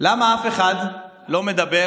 למה אף אחד לא מדבר